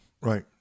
right